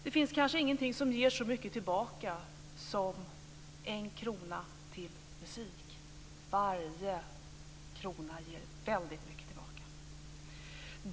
Det finns kanske ingenting som ger så mycket tillbaka som en krona till musik. Varje krona ger väldigt mycket tillbaka.